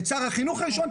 את שר החינוך הראשון,